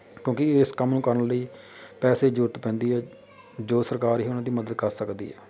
ਕਿਉਂਕਿ ਇਸ ਕੰਮ ਨੂੰ ਕਰਨ ਲਈ ਪੈਸੇ ਦੀ ਜ਼ਰੂਰਤ ਪੈਂਦੀ ਹੈ ਜੋ ਸਰਕਾਰ ਹੀ ਉਹਨਾਂ ਦੀ ਮਦਦ ਕਰ ਸਕਦੀ ਹੈ